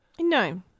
No